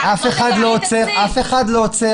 אף אחד לא עוצר מישהו מהתקנה.